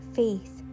faith